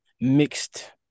mixed